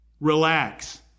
relax